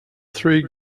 three